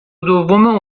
دوم